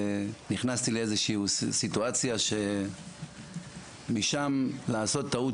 נכנסתי לאיזושהי סיטואציה שמשם לעשות טעות